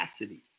capacity